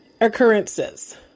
occurrences